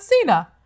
Cena